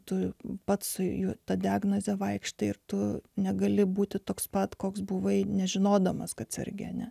tu pats su ta diagnoze vaikštai ir tu negali būti toks pat koks buvai nežinodamas kad sergi ane